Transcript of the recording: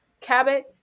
Cabot